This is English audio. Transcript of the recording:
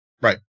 Right